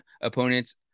opponents